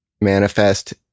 manifest